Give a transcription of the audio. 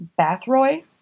Bathroy